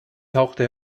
tauchte